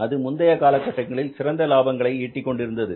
அது முந்தைய காலகட்டங்களில் சிறந்த லாபங்களை ஈட்டிக்கொண்டிருந்தது